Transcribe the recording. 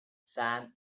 sam